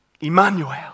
Emmanuel